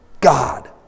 God